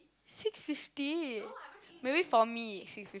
six fifty maybe for me six fif~